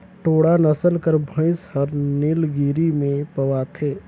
टोडा नसल कर भंइस हर नीलगिरी में पवाथे